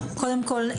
קודם כל,